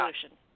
solution